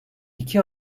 iki